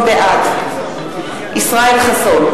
בעד ישראל חסון,